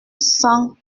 cent